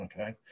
okay